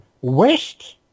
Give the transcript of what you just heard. West